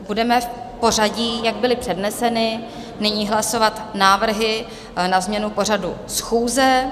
Budeme v pořadí, jak byly předneseny, nyní hlasovat návrhy na změnu pořadu schůze.